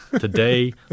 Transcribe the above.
Today